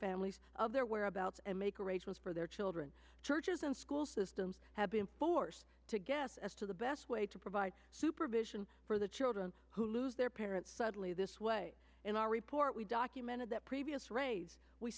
families of their whereabouts and make arrangements for their children churches and school systems have been forced to guess as to the best way to provide supervision for the children who lose their parents suddenly this way in our report we documented that previous raids we